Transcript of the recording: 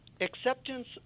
Acceptance